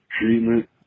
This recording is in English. treatment